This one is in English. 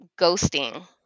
ghosting